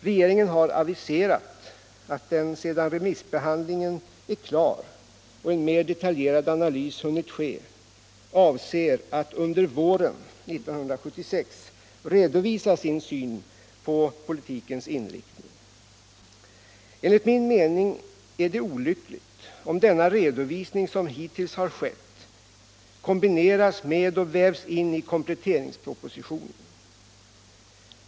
Regeringen har aviserat att den sedan remissbehandlingen är klar och en mera detaljerad analys hunnit ske avser att under våren 1976 redovisa sin syn på politikens inriktning. Enligt min mening är det olyckligt om den redovisning som hittills har skett kombineras med och vävs in i kompletteringspropositionen.